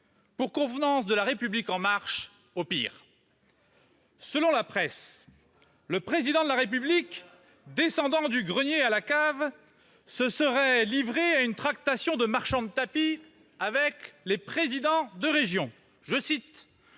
pour convenance de La République En Marche, au pire. Selon la presse, le Président de la République, descendant du grenier à la cave, se serait livré à des tractations de marchands de tapis avec les présidents de région :« Je